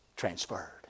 Transferred